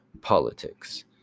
politics